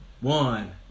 one